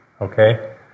Okay